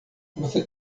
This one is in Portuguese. você